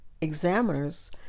examiners